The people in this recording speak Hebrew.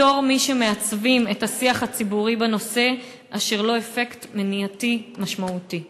בתור מי שמעצבים את השיח הציבורי בנושא אשר יש לו אפקט מניעתי משמעותי?